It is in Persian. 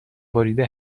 بریده